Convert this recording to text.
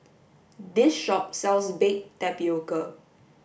this shop sells baked tapioca